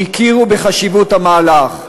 שהכירו בחשיבות המהלך: